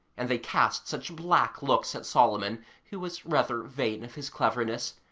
and they cast such black looks at solomon, who was rather vain of his cleverness,